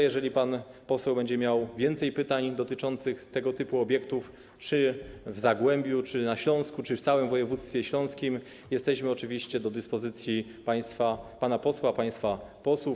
Jeżeli pan poseł będzie miał więcej pytań dotyczących tego typu obiektów czy w Zagłębiu, czy na Śląsku, czy w całym województwie śląskim, jesteśmy oczywiście do dyspozycji państwa, pana posła, państwa posłów.